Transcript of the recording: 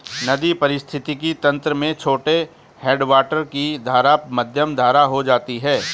नदी पारिस्थितिक तंत्र में छोटे हैडवाटर की धारा मध्यम धारा हो जाती है